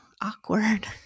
awkward